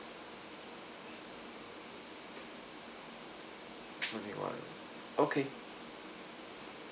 morning one okay